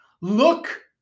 Look